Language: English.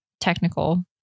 technical